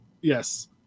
yes